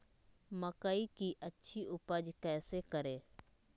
मकई की अच्छी उपज कैसे करे?